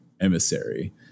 emissary